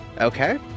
okay